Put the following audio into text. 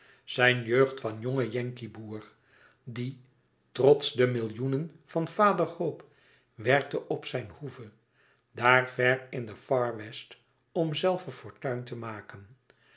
zijn jeugd van jongen yankee boer die trots de millioenen van vader hope werkte op zijn hoeve daar ver in de far west om zelve fortuin te maken